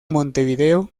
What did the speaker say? montevideo